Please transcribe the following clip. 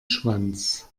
schwanz